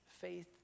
faith